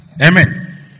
Amen